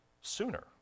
sooner